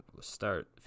start